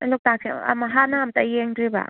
ꯅꯪ ꯂꯣꯛꯇꯥꯛꯁꯤ ꯑꯝ ꯍꯥꯟꯅ ꯑꯝꯇ ꯌꯦꯡꯗ꯭ꯔꯤꯕ